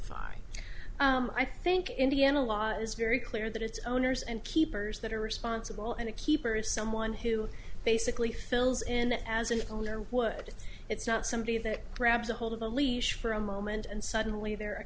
y i think indiana law is very clear that it's owners and keepers that are responsible and a keeper is someone who basically fills in as an owner would it's not somebody that grabs a hold of a leash for a moment and suddenly they're a